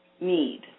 need